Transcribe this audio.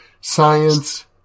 Science